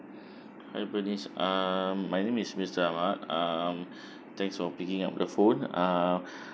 hello bernice um my name is mister ahmad um thanks for picking up the phone um